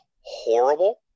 horrible